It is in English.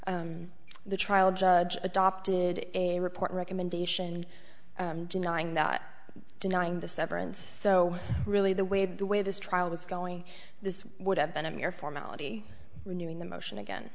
the trial judge adopted a report recommendation denying not denying the severance so really the way the way this trial was going this would have been a mere formality renewing the motion again